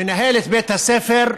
מנהל את בית הספר,